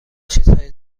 چیزهای